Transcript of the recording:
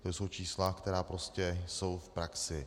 To jsou čísla, která prostě jsou v praxi.